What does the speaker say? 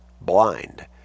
blind